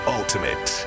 ultimate